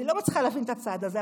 אני לא מצליחה להבין את הצעד הזה,